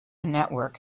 network